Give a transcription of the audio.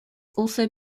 also